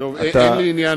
אין לי עניין,